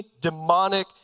demonic